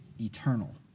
eternal